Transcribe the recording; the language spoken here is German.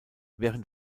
während